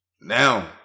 now